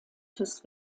des